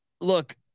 look